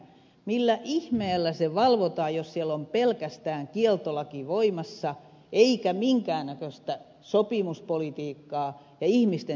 millä ihmeellä se valvotaan jos siellä on pelkästään kieltolaki voimassa eikä minkään näköistä sopimuspolitiikkaa ja ihmisten sitouttamista